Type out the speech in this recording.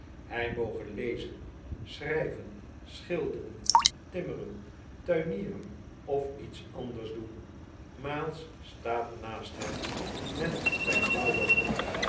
hjj moge lezen schrijven schilderen timmeren tuinieren of iets anders doen miles staat naast hem met zyn blauwen rok